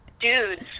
Dudes